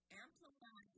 amplify